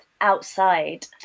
outside